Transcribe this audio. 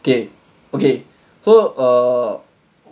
okay okay so err